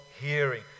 hearing